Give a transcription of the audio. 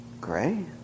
Gray